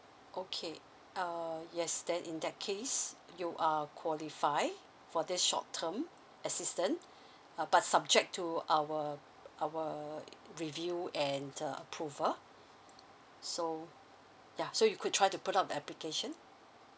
okay err yes then in that case you are qualify for this short term assistant uh but subject to our our review and the approval so ya so you could try to put up the application